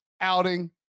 outing